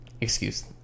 Excuse